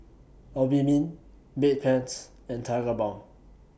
Obimin Bedpans and Tigerbalm